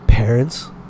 Parents